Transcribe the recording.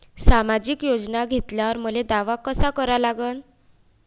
सामाजिक योजना घेतल्यावर मले दावा कसा करा लागन?